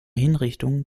hinrichtung